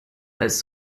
als